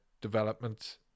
development